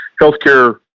healthcare